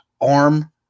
arm